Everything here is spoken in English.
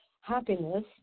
happiness